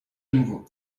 nouveau